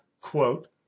quote